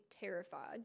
terrified